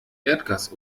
erdgas